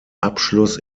abschluss